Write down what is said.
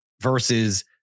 versus